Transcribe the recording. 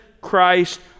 Christ